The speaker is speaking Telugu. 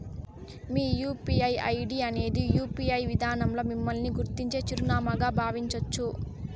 మీ యూ.పీ.ఐ ఐడీ అనేది యూ.పి.ఐ విదానంల మిమ్మల్ని గుర్తించే చిరునామాగా బావించచ్చు